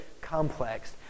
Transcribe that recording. complex